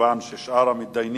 מכיוון ששאר המתדיינים